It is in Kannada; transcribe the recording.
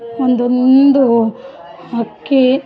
ಒಂದೊಂದು ಅಕ್ಕಿ